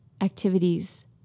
activities